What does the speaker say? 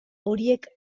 horiek